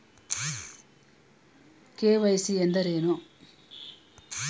KYC ಎಂದರೇನು?